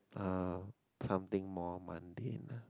uh something more mundane ah